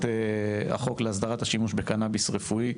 החוק להסדרת השימוש בקנאביס רפואי.